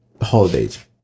holidays